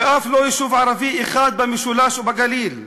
ואף לא יישוב ערבי אחד במשולש ובגליל.